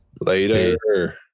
Later